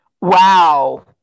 Wow